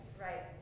right